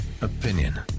opinion